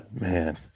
Man